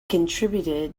contributed